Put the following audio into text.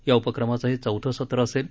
या उपक्रमाचं हे चौथं सत्र असेल